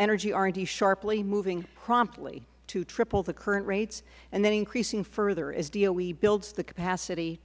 energy r and d sharply moving promptly to triple the current rates and then increasing further as doe builds the capacity to